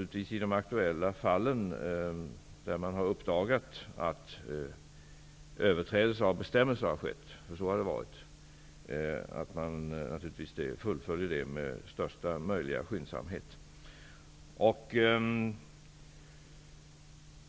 I de aktuella fall där man har uppdagat att överträdelse av bestämmelse har skett -- för så har det varit -- skall man naturligtvis fullfölja ärendet med största möjliga skyndsamhet.